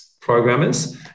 programmers